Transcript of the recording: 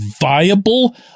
viable